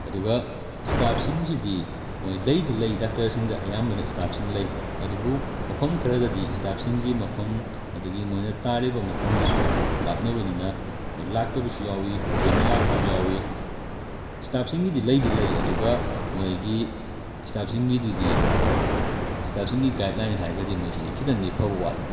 ꯑꯗꯨꯒ ꯏꯁꯇꯥꯐꯁꯤꯡꯁꯤꯗꯤ ꯃꯣꯏ ꯂꯩꯗꯤ ꯂꯩ ꯗꯥꯛꯇꯔꯁꯤꯡꯗ ꯑꯌꯥꯝꯕꯅ ꯏꯁꯇꯥꯐꯁꯤꯡ ꯂꯩ ꯑꯗꯨꯕꯨ ꯃꯐꯝ ꯈꯔꯗꯗꯤ ꯏꯁꯇꯥꯐꯁꯤꯡꯒꯤ ꯃꯐꯝ ꯑꯗꯒꯤ ꯃꯣꯏꯅ ꯇꯥꯔꯤꯕ ꯃꯐꯝꯗꯨꯁꯨ ꯂꯥꯞꯅꯕꯅꯤꯅ ꯍꯣꯏ ꯂꯥꯛꯇꯕꯁꯨ ꯌꯥꯎꯏ ꯊꯦꯡꯅ ꯂꯥꯛꯄꯁꯨ ꯌꯥꯎꯏ ꯏꯁꯇꯥꯐꯁꯤꯡꯒꯤꯗꯤ ꯂꯩꯗꯤ ꯂꯩ ꯑꯗꯨꯒ ꯃꯣꯏꯒꯤ ꯏꯁꯇꯥꯐꯁꯤꯡꯒꯤꯗꯨꯗꯤ ꯏꯁꯇꯥꯐꯁꯤꯡꯒꯤ ꯒꯥꯏꯗ ꯂꯥꯏꯟ ꯍꯥꯏꯔꯒꯗꯤ ꯃꯣꯏꯁꯤꯗꯤ ꯈꯤꯇꯪꯗꯤ ꯐꯕ ꯋꯥꯠꯂꯤ